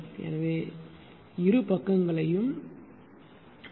எனவே இரு பக்கங்களையும் ஆர்